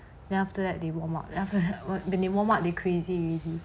then after that they warm up then after that when they warm up they crazy already